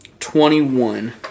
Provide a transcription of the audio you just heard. Twenty-one